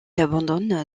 abandonne